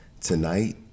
Tonight